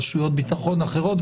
רשויות ביטחון אחרות,